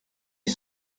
est